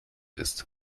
ist